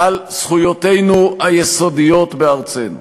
על זכויותינו היסודיות בארצנו.